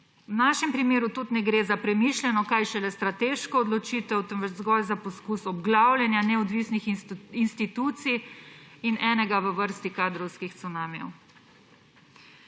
V našem primeru tudi ne gre za premišljeno, kaj šele strateško odločitev, temveč zgolj za poskus obglavljanja neodvisnih institucij in enega v vrsti kadrovskih cunamijev.